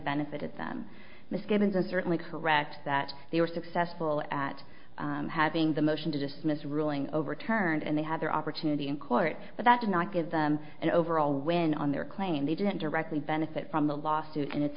benefited them misgivings and certainly correct that they were successful at having the motion to dismiss ruling overturned and they had their opportunity in court but that did not give them an overall win on their claim they didn't directly benefit from the lawsuit in its